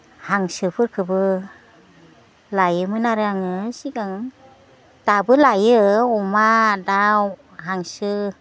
हांसोफोरखोबो लायोमोन आरो आङो सिगां दाबो लायो अमा दाउ हांसो